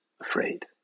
afraid